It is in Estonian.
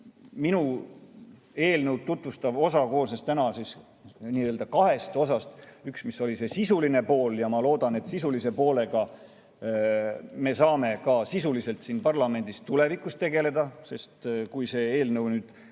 minu eelnõu tutvustav osa koosnes täna kahest osast. Üks oli sisuline pool – ja ma loodan, et sisulise poolega me saame ka sisuliselt siin parlamendis tulevikus tegeleda, sest kui see eelnõu nüüd